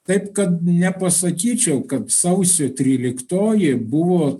taip kad nepasakyčiau kad sausio tryliktoji buvo